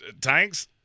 Tanks